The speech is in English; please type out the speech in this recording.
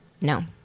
no